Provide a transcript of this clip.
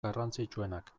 garrantzitsuenak